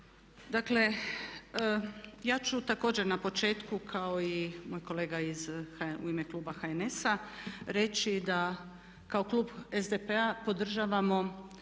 Dakle, ja ću također na početku kao i moj kolega u ime kluba HNS-a reći da kao klub SDP-a podržavamo